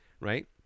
right